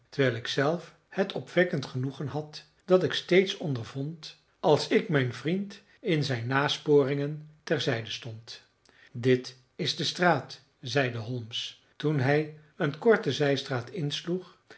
terwijl ik zelf het opwekkend genoegen had dat ik steeds ondervond als ik mijn vriend in zijn nasporingen ter zijde stond dit is de straat zeide holmes toen hij een korte zijstraat insloeg